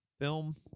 film